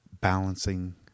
balancing